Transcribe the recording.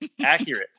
Accurate